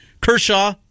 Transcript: Kershaw